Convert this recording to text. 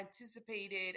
anticipated